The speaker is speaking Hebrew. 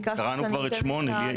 קראנו כבר את (8).